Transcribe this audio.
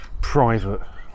private